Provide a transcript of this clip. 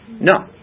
No